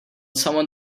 someone